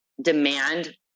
demand